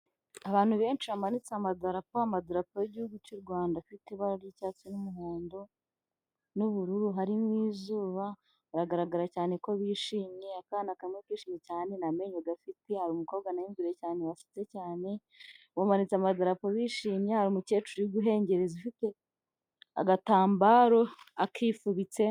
Abantu benshi bamanitse amadarapo amadarapo y'igihugu cy' Urwanda afite ibara ry'icyatsi, umuhondo n'ubururu harimo izuba biragaragara cyane ko bishimiye, akana kamwe kishimye cyane ntamenyo gafite hari umukobwa nawe imbere cyane wasetse cyane bamanitse amadarapo bishimye hari umukecuru uri guhengereza ufite agatambaro akifubitse.